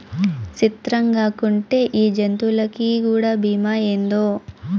సిత్రంగాకుంటే ఈ జంతులకీ కూడా బీమా ఏందో